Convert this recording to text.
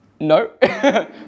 no